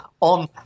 on